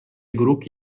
grupi